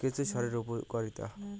কেঁচো সারের উপকারিতা?